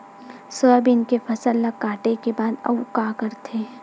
Soybean के फसल ल काटे के बाद आऊ का करथे?